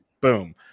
Boom